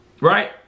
right